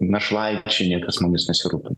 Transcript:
našlaičiai niekas mumis nesirūpina